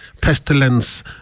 pestilence